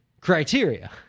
Criteria